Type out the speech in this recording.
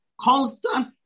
constant